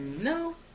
No